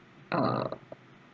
uh